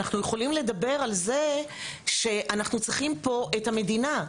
אנחנו יכולים לדבר על זה שאנחנו צריכים פה את המדינה.